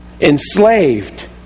enslaved